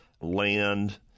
land